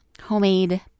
homemade